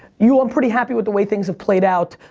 yule, i'm pretty happy with the way things have played out.